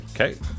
Okay